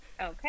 okay